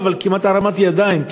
אבל כמעט הרמת ידיים,